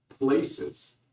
Places